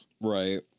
Right